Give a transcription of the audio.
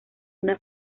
una